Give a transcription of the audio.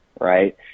right